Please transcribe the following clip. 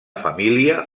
família